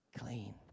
clean